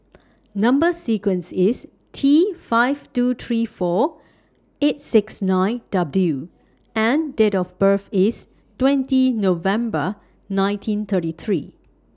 Number sequence IS T five two three four eight six nine W and Date of birth IS twenty November nineteen thirty three